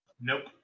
Nope